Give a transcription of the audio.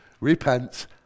repent